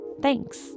Thanks